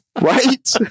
right